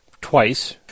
twice